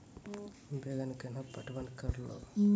बैंगन केना पटवन करऽ लो?